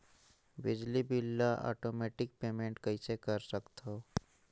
बिजली बिल ल automatic payment कइसे कर सकथव?